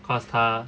cause 他